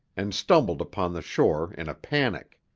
and stumbled upon the shore in a panic.